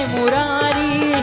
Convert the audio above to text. Murari